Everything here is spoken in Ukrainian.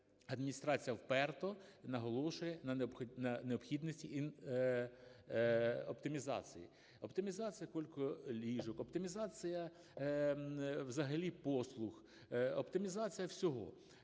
адміністрація вперто наголошує на необхідності оптимізації. Оптимізація койка-ліжок, оптимізація взагалі послуг, оптимізація всього.